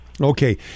Okay